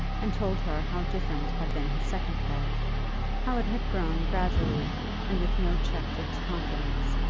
and told her how different had been his second love how it had grown gradually and with no check to his confidence,